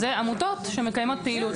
זה עמותות שמקיימות פעילות.